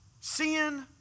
Sin